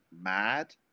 mad